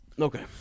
Okay